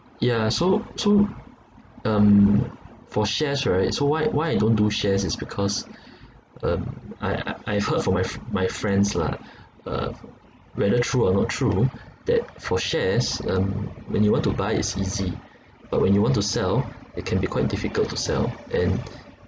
yeah so so um for shares right so why why I don't do shares is because um I I've heard from my f~ my friends lah uh whether true or not true that for shares um when you want to buy it's easy but when you want to sell it can be quite difficult to sell and